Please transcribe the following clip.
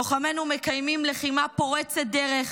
לוחמינו מקיימים לחימה פורצת דרך,